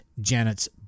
Janet's